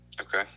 Okay